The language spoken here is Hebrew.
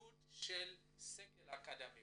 עידוד סגל אקדמי